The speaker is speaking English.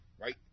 right